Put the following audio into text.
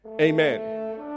amen